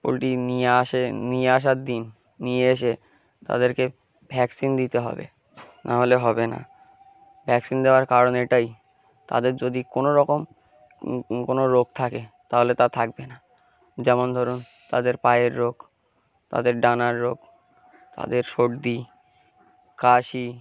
poultry নিয়ে আসে নিয়ে আসার দিন নিয়ে এসে তাদেরকে ভ্যাকসিন দিতে হবে নাহলে হবে না ভ্যাকসিন দেওয়ার কারণ এটাই তাদের যদি কোনো রকম কোনো রোগ থাকে তাহলে তা থাকবে না যেমন ধরুন তাদের পায়ের রোগ তাদের ডানার রোগ তাদের সর্দি কাশি